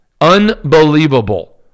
Unbelievable